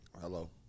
Hello